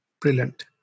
Brilliant